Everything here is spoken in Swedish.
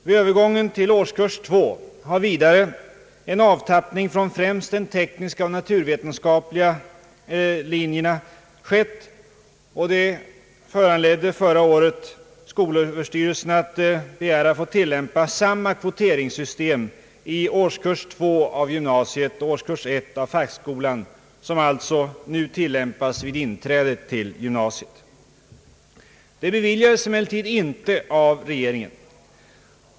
Vid övergången till årskurs 2 har vidare en avtappning från främst de tekniska och naturvetenskapliga linjerna skett. Det föranledde förra året skolöverstyrelsen att begära att få tillämpa samma kvoteringssystem i årskurs 2 av gymnasiet och årskurs 1 av fackskolan som alltså nu tillämpas vid inträdet till gymnasiet. Detta beviljades emellertid inte av regeringen.